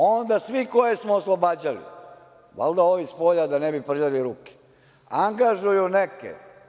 Onda svi koje smo oslobađali, valjda ovi spolja da ne bi prljali ruke, angažuje neke.